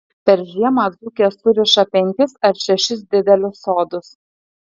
per žiemą dzūkės suriša penkis ar šešis didelius sodus